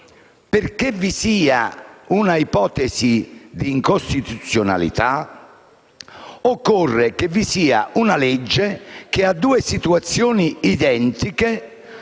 perché vi sia un'ipotesi di incostituzionalità, occorre che vi sia una legge che su due situazioni identiche